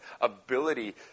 ability